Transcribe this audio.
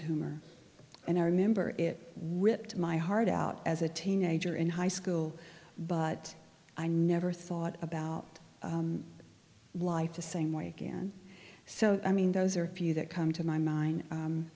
tumor and i remember it ripped my heart out as a teenager in high school but i never thought about life the same way again so i mean those are a few that come to my mind